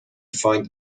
find